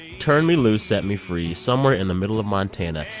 turn me loose, set me free somewhere in the middle of montana,